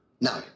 No